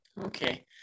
Okay